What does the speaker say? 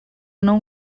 não